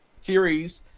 series